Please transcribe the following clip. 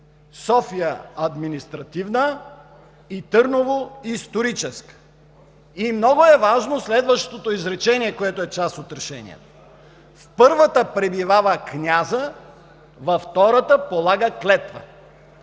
София – административна, и Търново – историческа.“ И много е важно следващото изречение, което е част от Решението: „В първата пребивава князът, във втората полага клетва.“